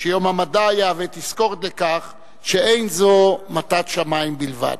שיום המדע יהווה תזכורת לכך שאין זו מתת שמים בלבד.